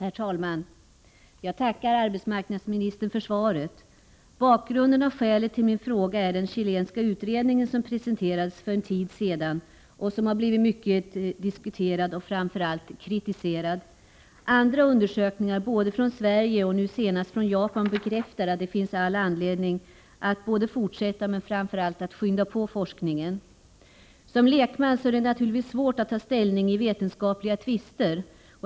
Herr talman! Jag tackar arbetsmarknadsministern för svaret. Bakgrunden och skälet till min fråga är den Källénska utredningen, som presenterades för en tid sedan och som har blivit mycket diskuterad och framför allt kritiserad. Andra undersökningar — både i Sverige och nu senast i Japan — bekräftar att det finns all anledning att fortsätta, men framför allt att skynda på, forskningen. Som lekman är det naturligtvis svårt att ta ställning i vetenskapliga tvister.